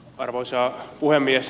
arvoisa puhemies